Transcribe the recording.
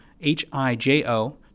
H-I-J-O